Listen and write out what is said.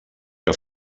que